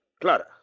Clara